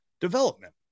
development